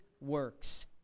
works